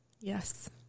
Yes